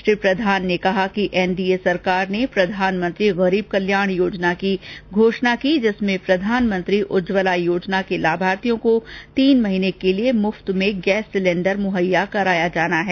श्री प्रैधान ने कहा कि एनडीए सरकार ने प्रधानमंत्री गरीब कल्याण योजना की घोषणा की जिसमें प्रधानमंत्री उज्जवला योजना के लाभार्थियों को तीन महीने के लिए मुफ़त में गैस सिलेण्डर मुहैया कराना था